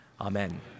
Amen